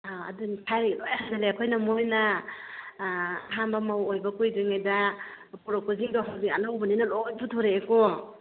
ꯑꯥ ꯑꯗꯨꯅꯤ ꯊꯥꯏꯅꯒꯤ ꯂꯣꯏ ꯍꯟꯖꯜꯂꯛꯑꯦ ꯑꯩꯈꯣꯏꯅ ꯃꯣꯏꯅ ꯑꯍꯥꯝꯕ ꯃꯧ ꯑꯣꯏꯕ ꯀꯨꯏꯗ꯭ꯔꯤꯉꯩꯗ ꯄꯨꯔꯛꯄꯁꯤꯡꯗꯣ ꯍꯧꯖꯤꯛ ꯑꯅꯧꯕꯅꯦꯅ ꯂꯣꯏ ꯄꯨꯊꯣꯔꯛꯑꯦꯀꯣ